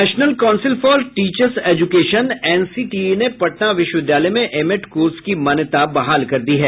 national council for teachers education NCTE ने पटना विश्वविद्यालय में एमएड कोर्स की मान्यता बहाल कर दी है